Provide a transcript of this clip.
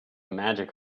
magic